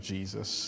Jesus